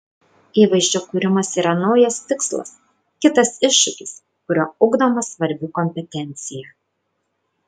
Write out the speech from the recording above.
įvaizdžio kūrimas yra naujas tikslas kitas iššūkis kuriuo ugdoma svarbi kompetencija